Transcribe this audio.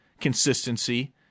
consistency